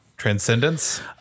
transcendence